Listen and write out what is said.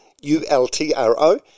U-L-T-R-O